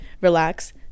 relax